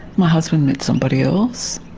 my husband met somebody else.